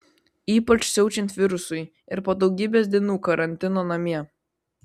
ypač siaučiant virusui ir po daugybės dienų karantino namie